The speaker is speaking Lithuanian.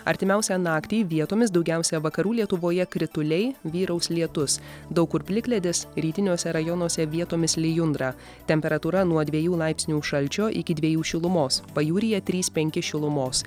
artimiausią naktį vietomis daugiausia vakarų lietuvoje krituliai vyraus lietus daug kur plikledis rytiniuose rajonuose vietomis lijundra temperatūra nuo dviejų laipsnių šalčio iki dviejų šilumos pajūryje trys penki šilumos